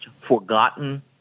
forgotten